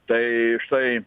tai štai